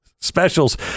specials